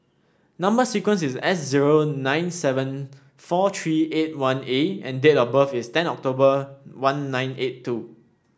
number sequence is S zero nine seven four three eight one A and date of birth is ten October one nine eight two